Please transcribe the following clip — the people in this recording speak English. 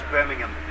Birmingham